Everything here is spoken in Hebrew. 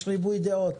יש ריבוי דעות,